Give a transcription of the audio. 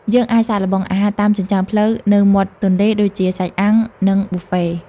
យើងអាចសាកល្បងអាហារតាមចិញ្ចើមផ្លូវនៅមាត់ទន្លេ ដូចជាសាច់អាំង និងប៊ូហ្វេ។